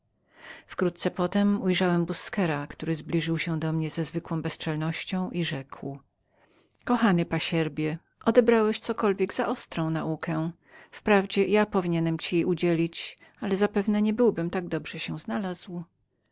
wkrótce potem ujrzałem seora busquera który zbliżył się do mnie ze zwykłą bezczelnością i rzekł kochany pasierbie odebrałeś cokolwiek za ostrą naukę wprawdzie ja powinienem był ci ją udzielić ale zapewne nie byłbym tak dobrze się znalazł